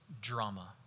drama